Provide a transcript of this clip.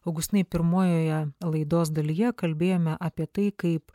augustinai pirmojoje laidos dalyje kalbėjome apie tai kaip